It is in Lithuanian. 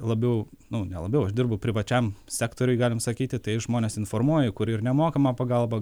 labiau nu ne labiau aš dirbu privačiam sektoriuj galim sakyti tai žmones informuoju kur ir nemokamą pagalbą